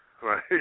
Right